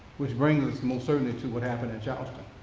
which brings us most certainly to what happened in charleston.